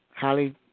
Holly